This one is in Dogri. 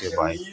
ठीक ऐ बाए